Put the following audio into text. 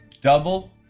double